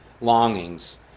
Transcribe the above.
longings